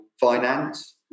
finance